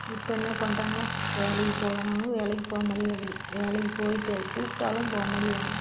இப்போ என்ன பண்ணுறாங்க வேலைக்கு போகலனாலும் வேலைக்கு போக முடியாப்புடி வேலைக்கு போயிட்டு அது கூப்பிட்டாலும் போக முடியாதுனா